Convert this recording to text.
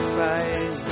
right